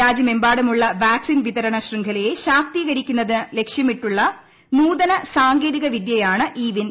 രാജ്യമെമ്പാടുമുള്ള വാക്സിൻ വിതരണ ശൃംഖലയെ ശാക്തീകരിക്കുന്നത് ലക്ഷ്യമിട്ടുള്ള നൂതന സാങ്കേതിക വിദ്യയാണ് ഇ വിൻ